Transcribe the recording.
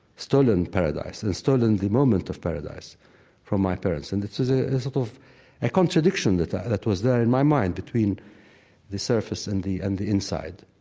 stolen paradise, and stolen the moment of paradise from my parents. this was ah sort of a contradiction that ah that was there in my mind between the surface and the and the inside.